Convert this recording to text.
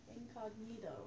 incognito